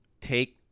take